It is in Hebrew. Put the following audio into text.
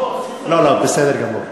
בסדר גמור.